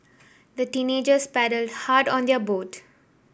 the teenagers paddled hard on their boat